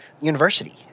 university